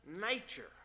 nature